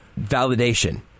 Validation